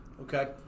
Okay